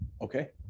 okay